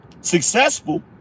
Successful